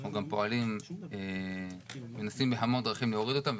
אנחנו גם פועלים ומנסים בהמון דרכים להוריד אותם,